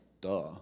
duh